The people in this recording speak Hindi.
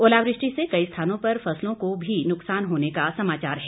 ओलावृष्टि से कई स्थानों पर फसलों को भी नुकसान होने का समाचार है